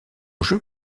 jeu